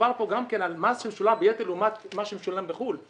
מדובר גם כן על מס שמשולם ביתר לעומת מה שמשולם בחו"ל.